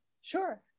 Sure